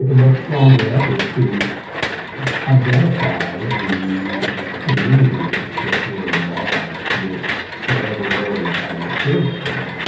ah much stronger effort to identify the communities that were involved with whatever area i was surveying,